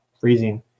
freezing